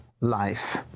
life